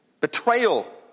Betrayal